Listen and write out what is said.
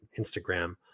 Instagram